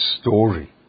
story